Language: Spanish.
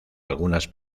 algunas